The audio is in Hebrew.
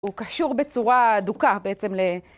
הוא קשור בצורה הדוקה בעצם ל...